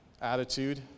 attitude